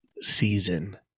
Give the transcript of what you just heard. season